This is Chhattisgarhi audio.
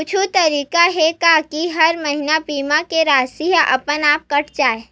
कुछु तरीका हे का कि हर महीना बीमा के राशि हा अपन आप कत जाय?